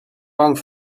bang